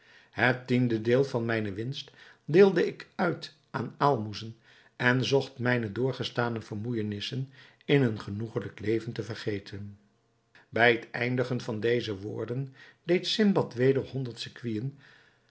het tiende deel van mijne winst deelde ik uit aan aalmoezen en zocht mijne doorgestane vermoeijenissen in een genoegelijk leven te vergeten bij het eindigen van deze woorden deed sindbad weder